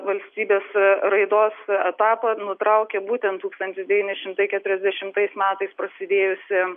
valstybės raidos etapą nutraukia būtent tūkstantis devyni šimtai keturiasdešimtais metais prasidėjusi